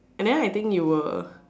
and then I think you were